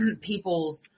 people's